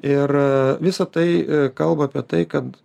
ir visa tai kalba apie tai kad